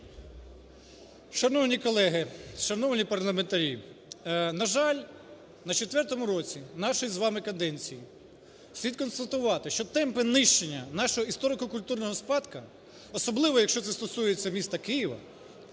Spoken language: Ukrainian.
Шановні колеги, шановні парламентарі! На жаль, на четвертому році нашої з вами каденції слід констатувати, що темпи нищення нашого історико-культурного спадку, особливо якщо це стосується міста Києва,